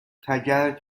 تگرگ